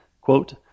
Quote